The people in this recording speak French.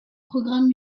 programmes